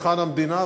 היכן המדינה?